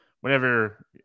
whenever